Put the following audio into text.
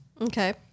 Okay